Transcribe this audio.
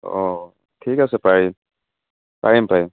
অঁ ঠিক আছে পাৰি পাৰিম পাৰিম